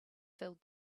filled